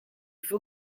faut